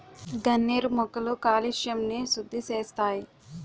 గన్నేరు మొక్కలు కాలుష్యంని సుద్దిసేస్తాయి